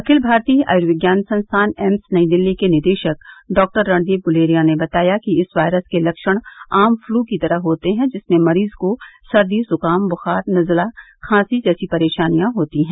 अखिल भारतीय आयुर्विज्ञान संस्थान एम्स नई दिल्ली के निदेशक डॉक्टर रणदीप गुलेरिया ने बताया कि इस वायरस के लक्षण आम फ्लू की तरह होते हैं जिसमें मरीज को सर्दी जुकाम बुखार नजला खांसी जैसी परेशानियां होती हैं